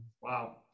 Wow